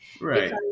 right